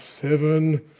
seven